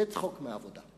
זה צחוק מהעבודה.